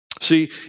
See